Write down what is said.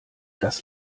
das